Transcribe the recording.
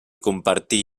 compartir